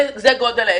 זה גודל העסק,